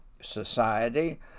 society